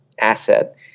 asset